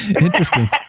Interesting